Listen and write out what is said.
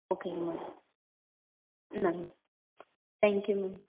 ஓகேங்க மேம் இந்தாங்க thank you ma'am